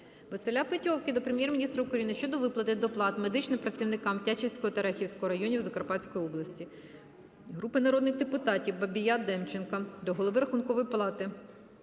Василя Петьовки до Прем'єр-міністра України щодо виплати доплат медичним працівникам Тячівського та Рахівського районів Закарпатської області. Групи народних депутатів (Бабія, Демченка) до Голови Рахункової палати